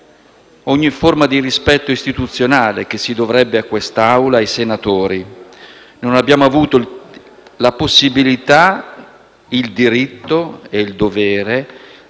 ogni forma di rispetto istituzionale che si dovrebbe a quest'Aula e ai senatori. Non abbiamo avuto la possibilità, il diritto e il dovere